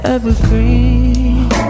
Evergreen